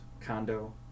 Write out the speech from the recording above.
condo